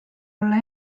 olla